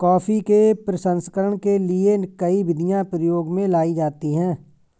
coffee के प्रसंस्करण के लिए कई विधियां प्रयोग में लाई जाती हैं